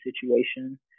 situation